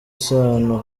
sano